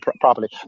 properly